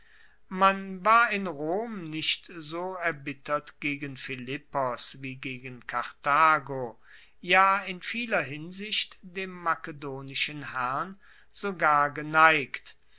man war in rom nicht so erbittert gegen philippos wie gegen karthago ja in vieler hinsicht dem makedonischen herrn sogar geneigt